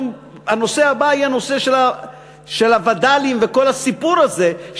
הנושא הבא יהיה הנושא של הווד"לים וכל הסיפור הזה,